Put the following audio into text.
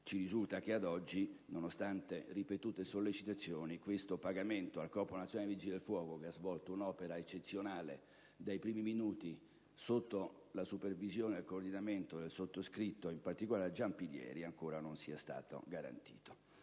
Ci risulta che, ad oggi, nonostante ripetute sollecitazioni. questo pagamento al Corpo nazionale dei vigili del fuoco, che ha svolto un'opera eccezionale, dai primi minuti, sotto la supervisione ed il coordinamento del sottoscritto, in particolare a Giampilieri, ancora non sia stato garantito.